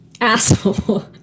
asshole